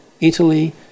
Italy